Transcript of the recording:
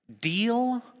Deal